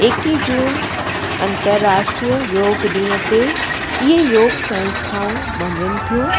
एकवीह जून अंतर्राष्ट्रीय योग ॾींहं ते इहा योग संस्थाऊं मञनि थियूं